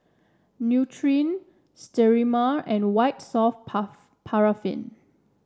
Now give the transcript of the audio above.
Nutren Sterimar and White Soft Paraffin